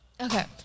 okay